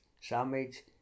sandwich